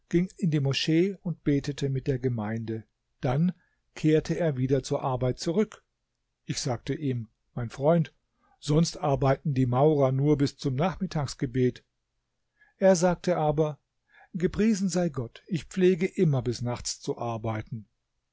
in die moschee und betete mit der gemeinde dann kehrte er wieder zur arbeit zurück ich sagte ihm mein freund sonst arbeiten die maurer nur bis zum nachmittagsgebet er sagte aber gepriesen sei gott ich pflege immer bis nachts zu arbeiten